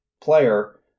player